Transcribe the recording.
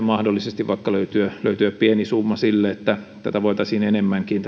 mahdollisesti vaikka löytyä löytyä pieni summa niin että tätä taannehtivuutta voitaisiin enemmänkin